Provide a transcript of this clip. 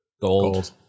Gold